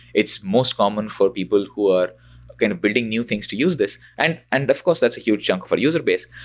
it's most common for people who are kind of building new things to use this. and and of course, that's a huge chunk of our user base.